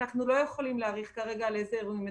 ואנחנו לא יכולים להעריך כרגע באיזה אירועים מדובר,